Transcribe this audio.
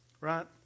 right